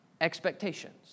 expectations